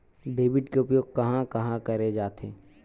Debit के उपयोग कहां कहा करे जाथे?